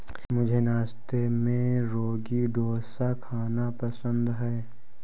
मुझे नाश्ते में रागी डोसा खाना पसंद है